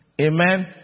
Amen